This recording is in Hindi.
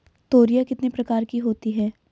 तोरियां कितने प्रकार की होती हैं?